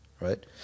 Right